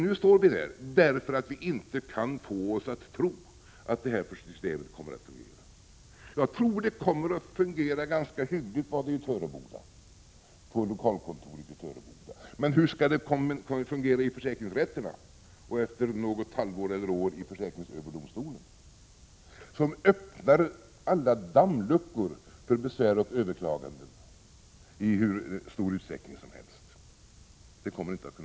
Nu står vi där, därför att vi inte kan tro att detta system kommer att fungera. Det kommer att fungera ganska hyggligt på lokalkontoret i Töreboda, men hur kommer det att fungera i försäkringsrätterna och efter något halvår eller år i försäkringsöverdomstolen? Det öppnar alla dammluckor för besvär och överklaganden i hur stor utsträckning som helst. Det kommer inte att gå.